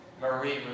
Marie